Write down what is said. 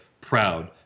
proud